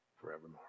forevermore